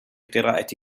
قراءة